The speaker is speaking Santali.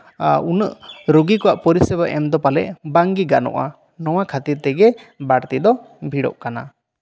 ᱩᱱᱟᱹᱜ ᱨᱩᱜᱤ ᱠᱚᱣᱟᱜ ᱯᱚᱨᱤᱥᱮᱵᱟ ᱮᱢ ᱫᱚ ᱯᱟᱞᱮ ᱵᱟᱝᱜᱮ ᱜᱟᱱᱚᱜᱼᱟ ᱱᱚᱶᱟ ᱠᱷᱟᱹᱛᱤᱨ ᱛᱮᱜᱮ ᱵᱟᱹᱲᱛᱤ ᱫᱚ ᱵᱷᱤᱲᱚᱜ ᱠᱟᱱᱟ